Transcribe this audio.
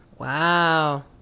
Wow